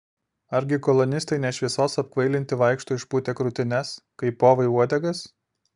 argi kolonistai ne šviesos apkvailinti vaikšto išpūtę krūtines kaip povai uodegas